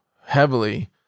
heavily